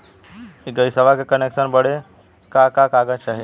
इ गइसवा के कनेक्सन बड़े का का कागज चाही?